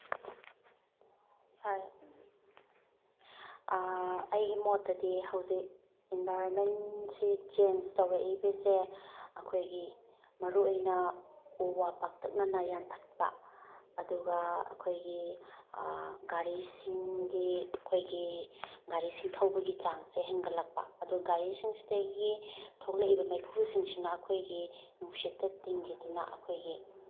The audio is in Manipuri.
ꯑꯩꯒꯤ ꯃꯣꯠꯇꯗꯤ ꯍꯧꯖꯤꯛ ꯏꯟꯚꯥꯏꯔꯣꯟꯃꯦꯟꯁꯤ ꯆꯦꯟꯁ ꯇꯧꯔꯛꯏꯕꯁꯦ ꯑꯩꯈꯣꯏꯒꯤ ꯃꯔꯨꯑꯣꯏꯅ ꯎ ꯋꯥ ꯄꯥꯛꯇꯛꯅꯅ ꯌꯥꯟꯊꯠꯄ ꯑꯗꯨꯒ ꯑꯩꯈꯣꯏꯒꯤ ꯒꯥꯔꯤꯁꯤꯡꯒꯤ ꯑꯩꯈꯣꯏꯒꯤ ꯒꯥꯔꯤꯁꯤꯡ ꯊꯧꯕꯒꯤ ꯆꯥꯡꯁꯦ ꯍꯦꯟꯒꯠꯂꯛꯄ ꯑꯗꯨ ꯒꯥꯔꯤꯁꯤꯡꯁꯤꯗꯒꯤ ꯊꯣꯛꯂꯛꯏꯕ ꯃꯩꯈꯨꯁꯤꯡꯁꯤꯅ ꯑꯩꯈꯣꯏꯒꯤ ꯅꯨꯡꯁꯤꯠꯇ ꯇꯤꯟꯈꯤꯗꯨꯅ ꯑꯩꯈꯣꯏꯒꯤ